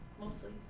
Mostly